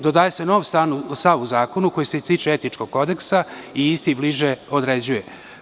Dodaje se novi stav u zakonu koji se tiče etičkog kodeksa i isti bliže određuje.